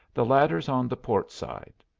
the ladder's on the port side.